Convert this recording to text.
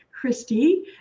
Christy